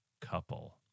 couple